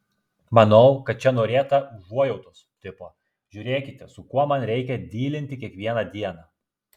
manau kad čia norėta užuojautos tipo žiūrėkite su kuo man reikia dylinti kiekvieną dieną